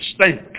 stink